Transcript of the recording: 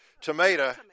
Tomato